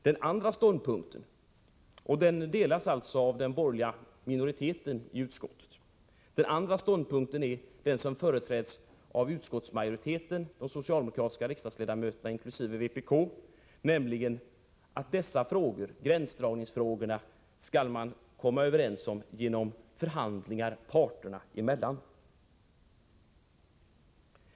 Den andra ståndpunkten, som alltså delas av den borgerliga minoriteten i utskottet, är den som företräds av utskottsmajoriteten och de socialdemokratiska riksdagsledamöterna tillsammans med vpk, nämligen att dessa gränsdragningsfrågor skall man komma överens om genom förhandlingar parterna emellan.